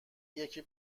یکی